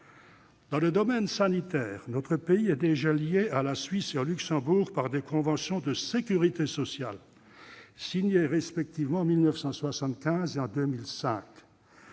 Dans le domaine sanitaire, notre pays est déjà lié à la Suisse et au Luxembourg par des conventions de sécurité sociale, signées respectivement en 1975 et en 2005.